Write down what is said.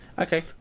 Okay